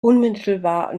unmittelbar